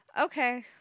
Okay